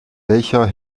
welcher